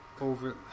over